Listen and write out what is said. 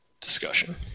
discussion